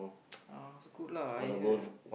uh scoot lah I heard